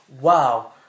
wow